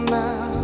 now